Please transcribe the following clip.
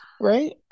right